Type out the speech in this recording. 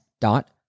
dot